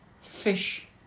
fish